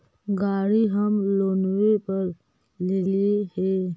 गाड़ी हम लोनवे पर लेलिऐ हे?